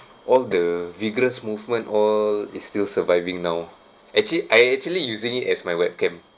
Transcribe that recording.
all the vigorous movement all it's still surviving now actually I actually using it as my webcam